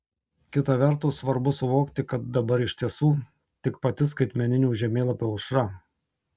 kita vertus svarbu suvokti kad dabar iš tiesų tik pati skaitmeninių žemėlapių aušra